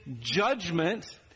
judgment